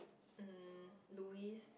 um Louise